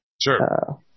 Sure